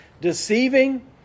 deceiving